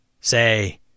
say